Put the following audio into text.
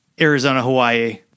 Arizona-Hawaii